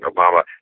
Obama